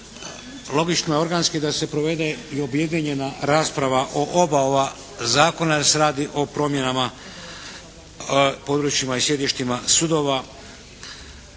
Logično je organski da se provede i objedinjena rasprava o oba ova zakona jer se radi o promjenama područjima i sjedištima sudova.